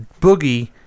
Boogie